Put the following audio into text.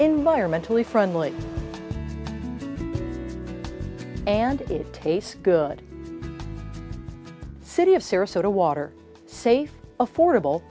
environmentally friendly and it tastes good city of sarasota water safe affordable